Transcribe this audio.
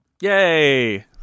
Yay